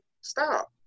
Stop